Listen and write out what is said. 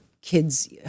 kids